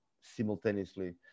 simultaneously